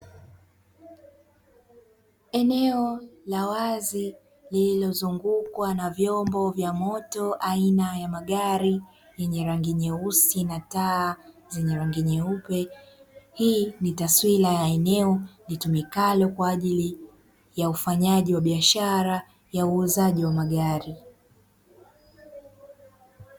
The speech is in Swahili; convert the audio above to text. Eneo la wazi lililozungukwa na vyombo vya moto aina ya magari yenye rangi nyeusi na taa zenye rangi nyeupe. Hii ni taswira ya eneo litumikalo kwa ajili ya ufanyaji wa biashara ya uuzaji wa magari.